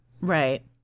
Right